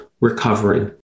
recovering